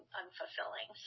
unfulfilling